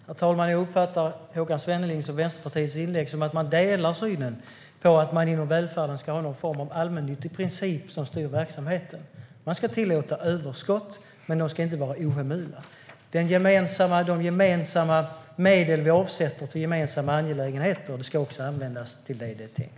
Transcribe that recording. Herr talman! Jag uppfattar Håkan Svennelings inlägg som att han och Vänsterpartiet delar synen att man i välfärden ska ha någon form av allmännyttig princip som styr verksamheten. Man ska tillåta överskott, men de ska inte vara ohemula. De gemensamma medel vi avsätter till gemensamma angelägenheter ska också användas som det är tänkt.